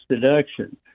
deduction